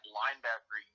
linebacker